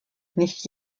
nicht